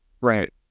Right